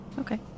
Okay